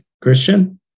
Christian